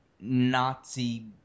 Nazi